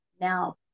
now